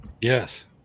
Yes